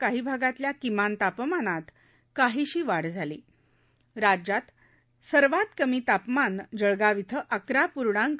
काही भागातल्या किमान तापमानात काहीशी वाढ झालीचार अंश राज्यात सर्वात कमी तापमान जळगाव इथं अकरा पूर्णांक